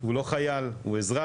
הוא לא חייל, הוא אזרח.